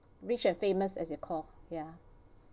rich and famous as you call